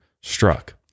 struck